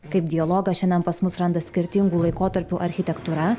kaip dialogą šiandien pas mus randa skirtingų laikotarpių architektūra